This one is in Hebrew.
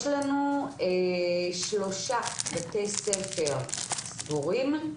יש לנו שלושה בתי ספר סגורים.